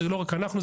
זה לא רק אנחנו.